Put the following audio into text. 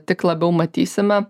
tik labiau matysime